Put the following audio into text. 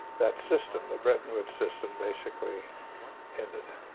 that system, the bretton woods system, basically ended.